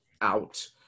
out